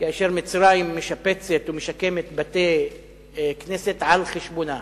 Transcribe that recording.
כאשר מצרים משפצת ומשקמת בתי-כנסת על-חשבונה.